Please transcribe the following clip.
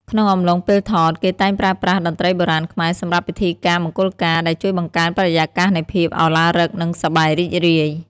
ក្នុងអំឡុងពេលថត គេតែងប្រើប្រាស់ តន្រ្តីបុរាណខ្មែរ សម្រាប់ពិធីការមង្គលការ ដែលជួយបង្កើនបរិយាកាសនៃភាពឧឡារិក និងសប្បាយរីករាយ។